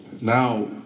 Now